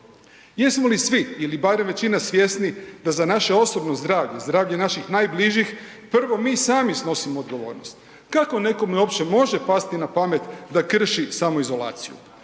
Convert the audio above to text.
Jesmo li svi ili barem većina svjesni da za naše osobno zdravlje, zdravlje naših najbližih prvo mi sami snosimo odgovornost? Kako nekome uopće može pasti na pamet da krši samoizolaciju?